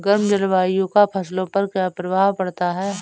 गर्म जलवायु का फसलों पर क्या प्रभाव पड़ता है?